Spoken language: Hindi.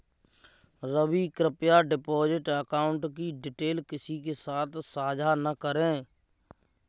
रवि, कृप्या डिपॉजिट अकाउंट की डिटेल्स किसी के साथ सांझा न करें